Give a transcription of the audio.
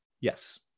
Yes